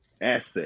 asset